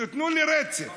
תנו לי רצף.